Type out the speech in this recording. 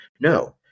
No